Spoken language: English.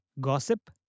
gossip